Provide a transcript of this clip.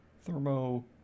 thermo